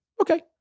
Okay